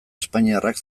espainiarrak